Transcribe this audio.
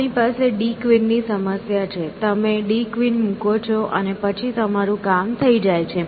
આપણી પાસે d કવિનની સમસ્યા છે તમે d કવિન મૂકો છો અને પછી તમારું કામ થઈ જાય છે